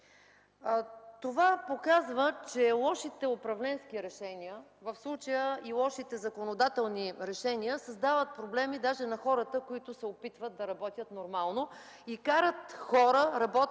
Това показва, че лошите управленски решения, в случая и лошите законодателни решения, създават проблеми даже на хората, които се опитват да работят нормално, и карат хора, работещи